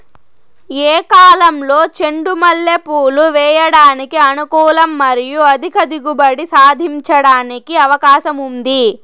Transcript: ఏ కాలంలో చెండు మల్లె పూలు వేయడానికి అనుకూలం మరియు అధిక దిగుబడి సాధించడానికి అవకాశం ఉంది?